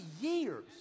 years